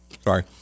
Sorry